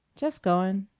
just goin'.